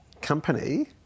company